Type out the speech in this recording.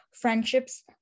friendships